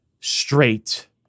straight